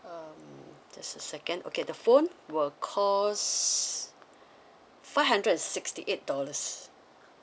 um just a second okay the phone will costs five hundred and sixty eight dollars